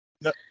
No